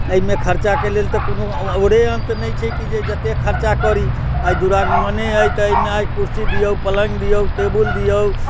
एहिमे खर्चाके लेल तऽ कोनो आओर अंत नहि छै कि जतेक खर्चा करी आइ दुरागमने अइ तऽ आइ कुर्सी दियौ पलङ्ग दिऔ टेबुल दिऔ